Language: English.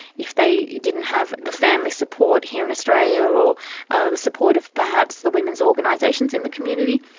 if they didn't have the family support here in australia, or or ah the support of perhaps the women's organisations in the community.